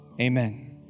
Amen